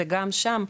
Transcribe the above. וגם שם,